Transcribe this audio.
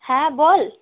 হ্যাঁ বল